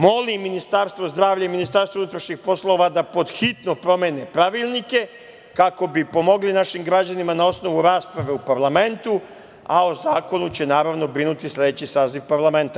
Molim Ministarstvo zdravlja i Ministarstvo unutrašnjih poslova da pod hitno promene pravilnike kako bi pomogli našim građanima na osnovu rasprave u parlamentu, a o zakonu će naravno brinuti sledeći saziv parlamenta.